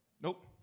Nope